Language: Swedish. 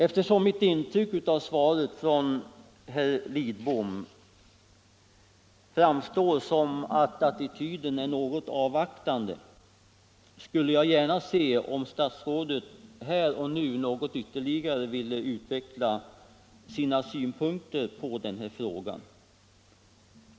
Eftersom mitt intryck av svaret från herr Lidbom är att attityden är något avvaktande, skulle jag gärna se att statsrådet här och nu något ytterligare ville utveckla sina synpunkter på den här frågan.